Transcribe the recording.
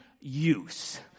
use